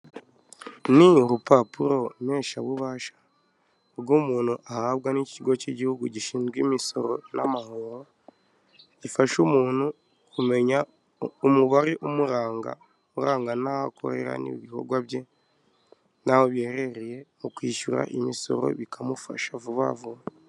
Uru ni urupapuro mpeshabubasha, urwo umuntu ahabwa n'ikigo cy'igihugu gishinzwe imisoro n'amahoro, gifasha umuntu kumenya umubare umuranga, uranga n'aho akorera n'ibikorwa bye n'aho biherereye, mu kwishyura imisoro bikamufasha vuba vuba.